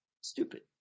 Stupid